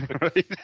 Right